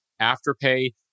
Afterpay